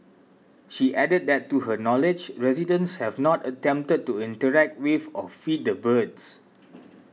she added that to her knowledge residents have not attempted to interact with or feed the birds